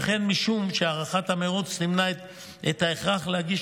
והן משום שהארכת המרוץ תמנע את ההכרח להגיש